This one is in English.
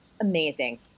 amazing